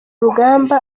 urugamba